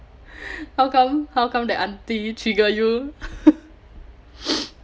how come how come that until it trigger you